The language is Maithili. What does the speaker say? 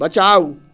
बचाउ